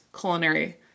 culinary